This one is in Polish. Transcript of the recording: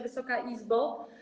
Wysoka Izbo!